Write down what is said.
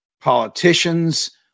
politicians